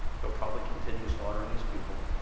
he'll probably continue slaughtering his people.